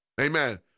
amen